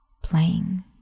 playing